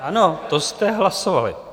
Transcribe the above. Ano, to jste hlasovali.